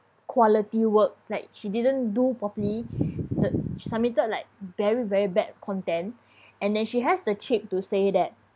quality work like she didn't do properly the she submitted like very very bad content and then she has the cheek to say that